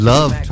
Love